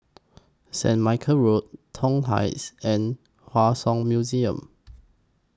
Saint Michael's Road Toh Heights and Hua Song Museum